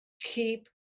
keep